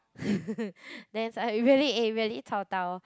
then it's like really eh really chao da lor